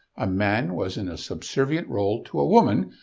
a man was in a subservient role to a woman,